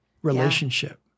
Relationship